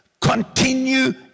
Continue